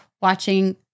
watching